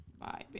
Bye